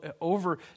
over